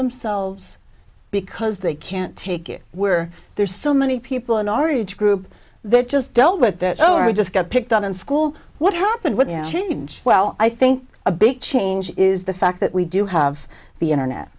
themselves because they can't take it where there's so many people in our age group that just don't get that oh i just got picked on in school what happened when change well i think a big change is the fact that we do have the internet